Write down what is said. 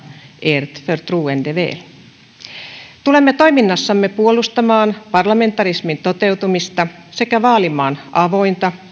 ert förtroende väl tulemme toiminnassamme puolustamaan parlamentarismin toteutumista sekä vaalimaan avointa